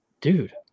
dude